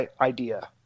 idea